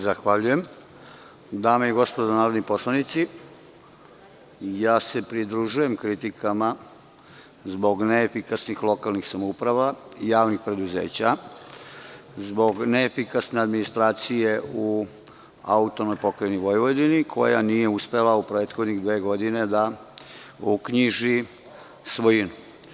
Dame i gospodo narodni poslanici, pridružujem se kritikama zbog neefikasnih lokalnih samouprava i javnih preduzeća, zbog neefikasne administracije u AP Vojvodini koja nije uspela u prethodne dve godine da uknjiži svojinu.